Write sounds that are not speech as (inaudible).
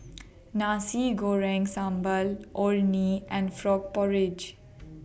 (noise) Nasi Goreng Sambal Orh Nee and Frog Porridge